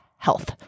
health